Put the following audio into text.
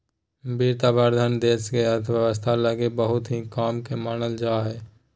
वित्त अवधारणा देश के अर्थव्यवस्था लगी बहुत ही काम के मानल जा हय